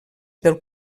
del